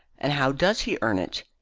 and how does he earn it?